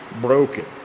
broken